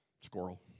Squirrel